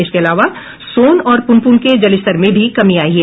इसके अलावा सोन और पुनपुन के जलस्तर में भी कमी आयी है